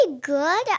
good